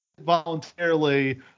voluntarily